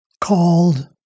called